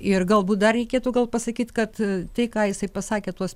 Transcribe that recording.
ir galbūt dar reikėtų gal pasakyt kad tai ką jisai pasakė tuos